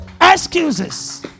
excuses